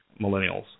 millennials